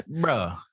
Bro